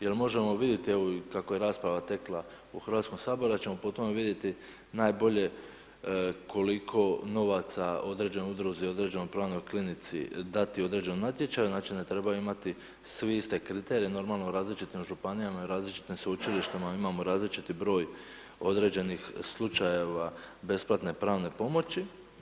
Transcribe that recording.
Jer možemo vidjeti evo i kako je rasprava tekla u Hrvatskom saboru da ćemo po tome vidjeti najbolje koliko novaca određenoj udruzi, određenoj pravnoj klinici dati u određenom natječaju, znači ne trebaju imati svi iste kriterije, normalno u različitim županijama i u različitim sveučilištima imamo različiti broj određenih slučajeva besplatne pravne pomoći.